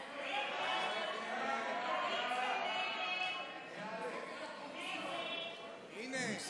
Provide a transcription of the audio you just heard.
ההצעה להעביר לוועדה את הצעת חוק הרבנות הראשית לישראל (תיקון,